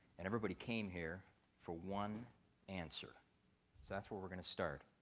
and everybody came here for one answer. so that's where we're going to start.